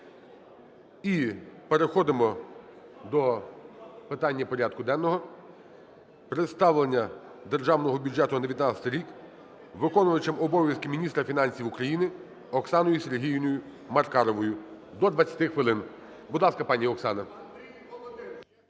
І переходимо до питання порядку денного: представлення Державного бюджету на 2019 рік виконувачем обов'язків міністра фінансів України Оксаною Сергіївною Маркаровою. До 20 хвилин. Будь ласка, пані Оксана.